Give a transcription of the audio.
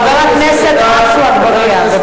חבר הכנסת עפו אגבאריה, בבקשה.